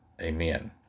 Amen